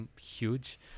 huge